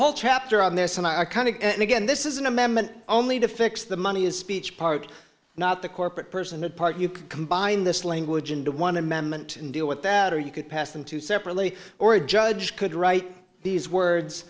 whole chapter on this and i kind of and again this is an amendment only to fix the money is speech part not the corporate personhood part you can combine this language into one amendment and deal with that or you could pass them too separately or a judge could write these words